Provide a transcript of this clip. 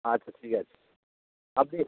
আচ্ছা ঠিক আছে আপনি